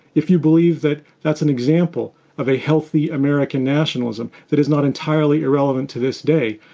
if you believe that that's an example of a healthy american nationalism that is not entirely irrelevant to this day,